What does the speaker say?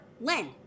Len